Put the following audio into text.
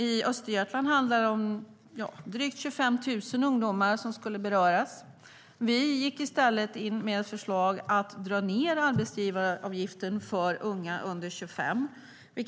I Östergötland är det drygt 25 000 ungdomar som skulle beröras. Vi gick i stället in med ett förslag om att dra ned arbetsgivaravgiften för unga under 25 år.